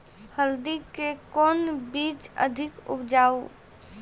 हल्दी के कौन बीज अधिक उपजाऊ?